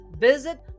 Visit